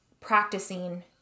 practicing